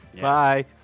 Bye